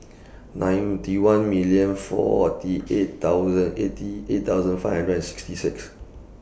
ninety one million forty eight thousand eighty eight thousand five hundred and sixty six